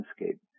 landscape